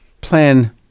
plan